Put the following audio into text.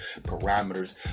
parameters